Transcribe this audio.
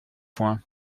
point